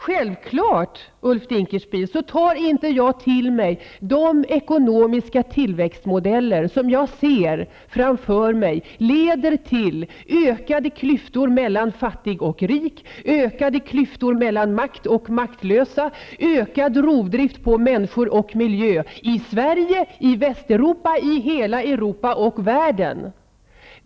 Självklart, Ulf Dinkelspiel, tar inte jag till mig de ekonomiska tillväxtmodeller som enligt vad jag ser framför mig leder till ökade klyftor mellan fattig och rik, ökade klyftor mellan makthavare och maktlösa, ökad rovdrift på människor och miljö i Sverige, i Västeuropa, i hela Europa och i hela världen.